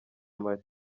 mali